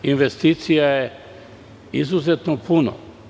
Investicija je izuzetno puno.